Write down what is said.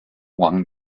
wang